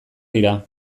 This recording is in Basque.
dira